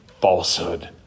falsehood